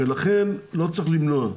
לכן לא צריך למנוע.